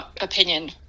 opinion